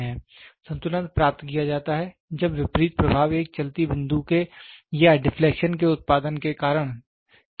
संतुलन प्राप्त किया जाता है जब विपरीत प्रभाव एक चलती बिंदु के या डिफ्लेक्शन के उत्पादन के कारण के बराबर होते हैं